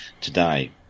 today